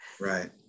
right